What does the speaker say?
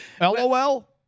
LOL